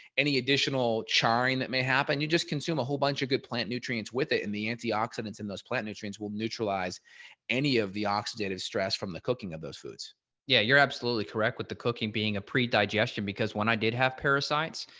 any additional charring that may happen you just consume a whole bunch of good plant nutrients with it and the antioxidants in those plant nutrients will neutralize any of the oxidative stress from the cooking of those foods. evan brand yeah, you're absolutely correct with the cooking being a pre digestion because when i did have parasites,